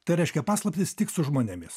tai reiškia paslaptys tik su žmonėmis